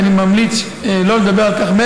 ואני ממליץ שלא לדבר על כך.